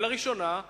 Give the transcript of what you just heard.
ולראשונה,